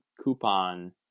coupon